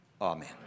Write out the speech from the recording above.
Amen